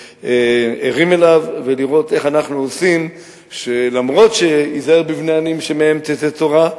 ערים לו ולראות איך אנחנו עושים שאף שהיזהר בבני עניים שמהם תצא תורה,